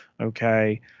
okay